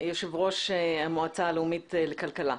יושב ראש המועצה הלאומית לכלכלה,